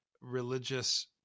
religious